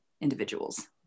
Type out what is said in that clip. individuals